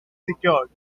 secured